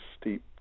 steep